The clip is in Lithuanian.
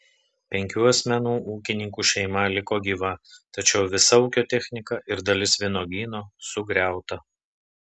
penkių asmenų ūkininkų šeima liko gyva tačiau visa ūkio technika ir dalis vynuogyno sugriauta